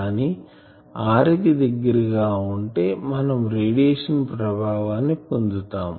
కానీ r కి దగ్గర గా ఉంటే మనం రేడియేషన్ ప్రభావాన్ని పొందుతాం